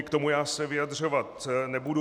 K tomu já se vyjadřovat nebudu.